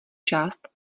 část